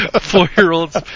Four-year-olds